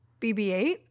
BB-8